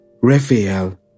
Raphael